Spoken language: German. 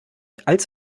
als